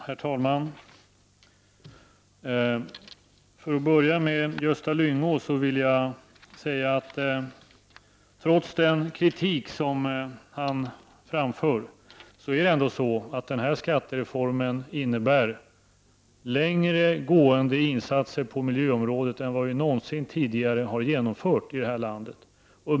Herr talman! För att börja med Gösta Lyngås inlägg vill jag säga att trots den kritik han framför så innebär den här skattereformen längre gående insatser på miljöområdet än vad vi någonsin tidigare har genomfört här i landet.